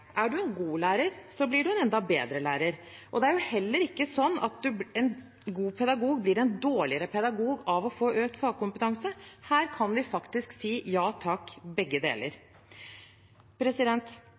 Er du en god lærer, så blir du enda bedre.» Det er heller ikke sånn at en god pedagog blir en dårligere pedagog av å få økt fagkompetanse. Her kan vi faktisk si ja takk, begge